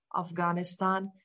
Afghanistan